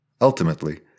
Ultimately